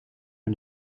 aan